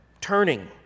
turning